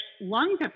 lung